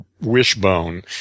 wishbone